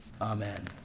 Amen